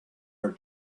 her